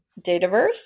Dataverse